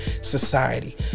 society